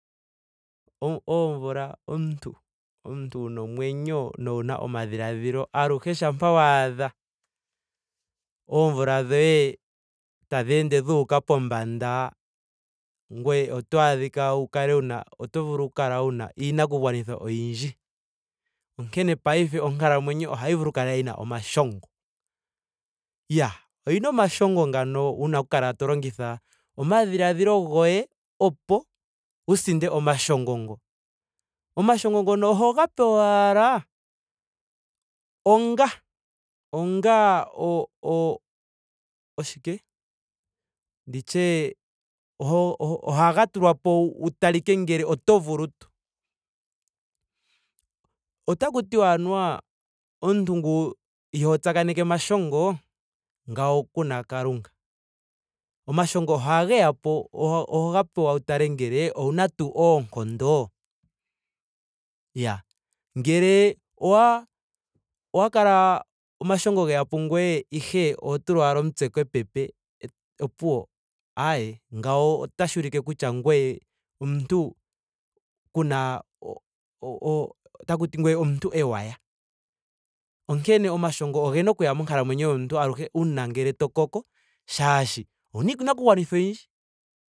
Oomvula omuntu. omuntu wuna omwenyo. nowuna omadhiladhilo aluhe shampa waadha oomvula dhoye tadhi ende dhuuka pombanda ngoye oto adhike wu kale. wuna oto vulu wu kale niinakugwanithwa oyindji onkene paife onkalamwenyo ohayi vulu oku kala yina omashongo. Iyaa oyina omashongo ngano wuna oku kala to longitha omadhiladhilo goye opo wu sinde omashongo ngo. Omashongo ngoka ohoga pewa ashike ongga onga o- o- oshike, ndi tye ogo- ohaga tulwa po wu talike ngele oto vulu tuu. Otaku tiwa anuwa omuntungu ihoo tsakaneke omashongo. ngawo kuna kaluunga. Omashongo ogaye po- ohoga pewa wu tale ngele owuna tuu oonkondo? Iyaa. Ngele owa- owa kala omashongo geya pungoye ihe oho tula ashike omutse kepepe. opuwo. aaye ngawo otashi ulike kutya ngweye omuntu kuna o- o. otaku ti ngweye omuntu ewaya. Onkene omashongo ogena okuya monkalamwenyo yomuntu aluhe uuna ngele to koko shaashi owuna iinakugwanithwa oyindji